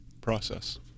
process